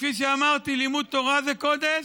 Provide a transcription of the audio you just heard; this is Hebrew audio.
כפי שאמרתי, לימוד תורה זה קודש,